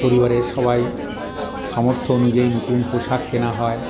পরিবারের সবাই সামর্থ্য অনুযায়ী নতুন পোশাক কেনা হয়